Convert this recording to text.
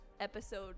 episode